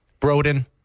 Broden